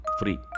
free